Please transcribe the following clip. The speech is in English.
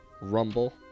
rumble